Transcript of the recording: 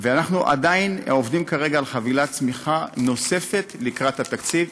ואנחנו עדיין עובדים על חבילת צמיחה נוספת לקראת התקציב.